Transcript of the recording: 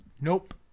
Nope